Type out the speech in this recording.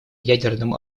ядерным